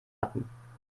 hatten